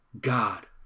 God